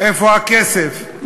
איפה הכסף.